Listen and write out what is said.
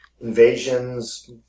invasions